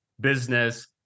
business